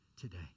today